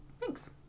Thanks